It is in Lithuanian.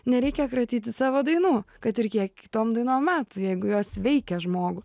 nereikia kratyti savo dainų kad ir kiek tom dainom metų jeigu jos veikia žmogų